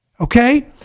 okay